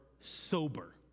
sober